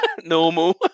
Normal